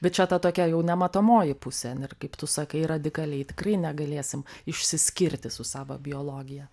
bet čia ta tokia jau nematomoji pusė kaip tu sakai radikaliai tikrai negalėsim išsiskirti su savo biologija